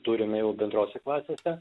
turime jau bendrose klasėse